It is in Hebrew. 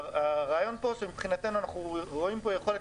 הרעיון פה שמבחינתנו אנחנו רואים פה יכולת